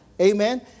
Amen